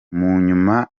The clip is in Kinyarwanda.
munyuma